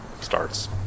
starts